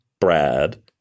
Brad